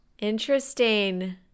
Interesting